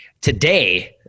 today